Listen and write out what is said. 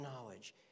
knowledge